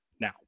now